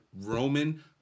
Roman